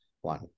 One